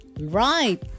Right